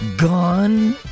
Gone